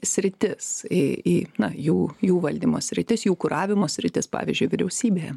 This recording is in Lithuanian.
sritis į į jų jų valdymo sritis jų kuravimo sritis pavyzdžiui vyriausybėje